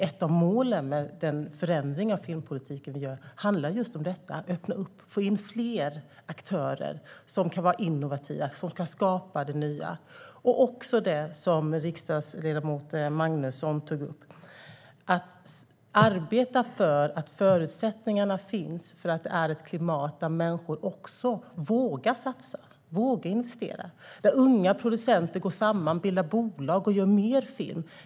Ett av målen med förändringen av filmpolitiken handlar just om detta, att få in fler innovativa aktörer som ska skapa det nya. Som riksdagsledamot Magnusson tog upp ska man också arbeta för att skapa förutsättningar för att människor vågar satsa och investera, där unga producenter går samman, bildar bolag och gör mer film.